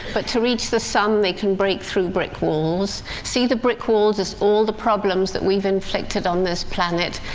but to reach the sun they can break through brick walls. see the brick walls as all the problems that we've inflicted on this planet.